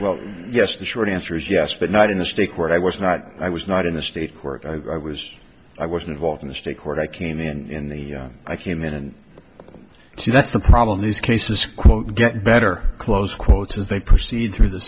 well yes the short answer is yes but not in the state where i was not i was not in the state court i was i was involved in the state court i came in i came in and so that's the problem these cases quote get better close quotes as they proceed through the